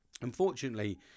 unfortunately